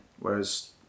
Whereas